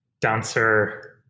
dancer